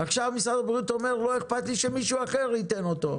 ועכשיו משרד הבריאות אומר: לא אכפת לי שמישהו אחרי ייתן אותו.